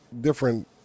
different